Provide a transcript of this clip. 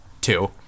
two